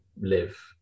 live